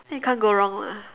then you can't go wrong lah